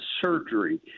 surgery